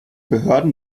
behörden